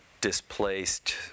displaced